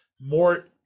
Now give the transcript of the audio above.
more